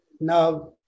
Now